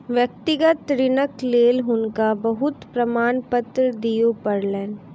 व्यक्तिगत ऋणक लेल हुनका बहुत प्रमाणपत्र दिअ पड़लैन